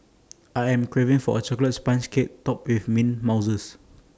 I am craving for A Chocolate Sponge Cake Topped with mint mouses